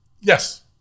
yes